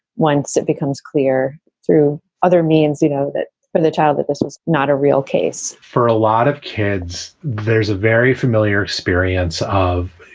once it becomes clear through other means, you know, that but the child that this was not a real case for a lot of kids there's a very familiar experience of,